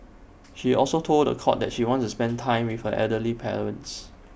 she also told The Court that she wants to spend time with her elderly parents